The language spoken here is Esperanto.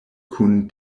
kun